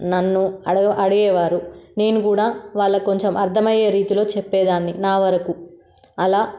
నన్ను అడగ అడిగేవారు నేను కూడా వాళ్ళకి కొంచెం అర్ధమయ్యే రీతిలో చెప్పేదాన్ని నా వరకు అలా